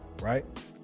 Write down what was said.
right